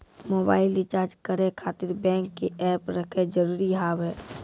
Mobile recharge करे खातिर bank के ऐप रखे जरूरी हाव है?